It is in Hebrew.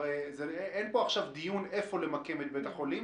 אין עכשיו דיון איפה למקם את בית החולים.